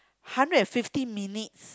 hundred and fifty minutes